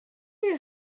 you